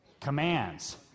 commands